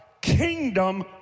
kingdom